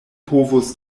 povus